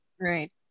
Right